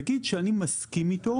נגיד שאני מסכים איתו